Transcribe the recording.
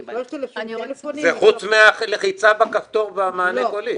זה חוץ מהלחיצה בכפתור והמענה הקולי.